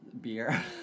Beer